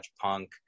punk